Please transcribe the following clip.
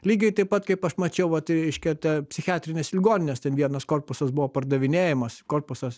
lygiai taip pat kaip aš mačiau vat reiškia tą psichiatrinės ligoninės ten vienas korpusas buvo pardavinėjamas korpusas